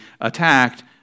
attacked